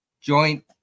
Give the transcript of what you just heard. joint